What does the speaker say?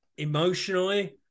emotionally